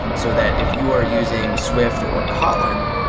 so that if you are using swift or kotlin,